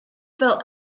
fel